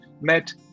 met